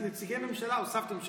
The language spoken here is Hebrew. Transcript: נציגי ממשלה, הוספתם שם.